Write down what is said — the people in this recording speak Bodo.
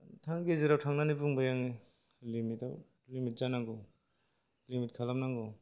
दा गेजेराव थांनानै बुंबाय आङो लिमिट आव लिमिट जानांगौ लिमिट खालामनांगौ